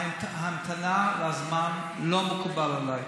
ההמתנה והזמן לא מקובלים עליי.